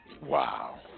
Wow